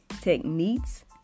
techniques